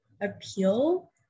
appeal